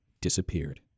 disappeared